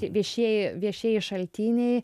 viešieji viešieji šaltiniai